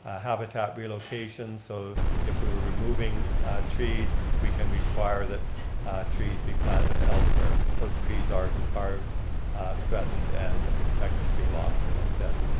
ah habitat relocation, so if we were removing trees, we can require that trees be planted elsewhere. those trees are are threatened and expected to be lost, as i said.